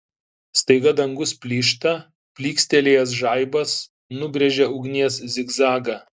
staiga dangus plyšta plykstelėjęs žaibas nubrėžia ugnies zigzagą